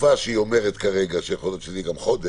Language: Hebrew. לתקופה שהיא אומרת כרגע, שיכול להיות שזה גם חודש,